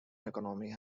economy